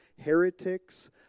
heretics